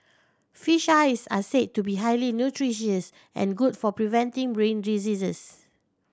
fish eyes are said to be highly nutritious and good for preventing brain diseases